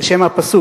על שם הפסוק.